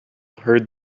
heard